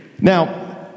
Now